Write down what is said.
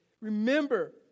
remember